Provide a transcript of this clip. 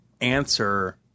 answer